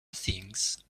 things